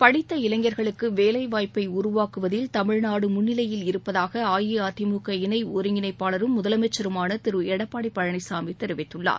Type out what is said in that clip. படித்த இளைஞர்களுக்கு வேலைவாய்ப்பை உருவாக்குவதில் தமிழ்நாடு முன்னிலையில் இருப்பதாக அஇஅதிமுக இணை ஒருங்கிணைப்பாளரும் முதலமைச்சருமான திரு எடப்பாடி பழனிசாமி தெரிவித்துள்ளார்